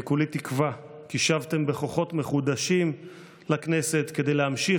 אני כולי תקווה כי שבתם בכוחות מחודשים לכנסת כדי להמשיך